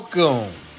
Welcome